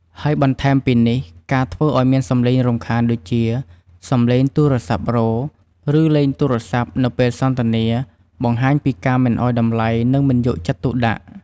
ហើយបន្ថែមពីនេះការធ្វើឲ្យមានសម្លេងរំខានដូចជា សម្លេងទូរសព្ទ័រោទ៍ឬលេងទូរសព្ទ័នៅពេលសន្ទនាបង្ហាញពីការមិនឲ្យតម្លៃនិងមិនយកចិត្តទុកដាក់។